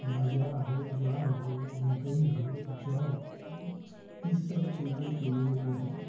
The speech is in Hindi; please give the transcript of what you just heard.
बाजरा हो ज्वार हो मकई हो जौ हो ये सब चीज़ों के लिए जो है